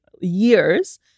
years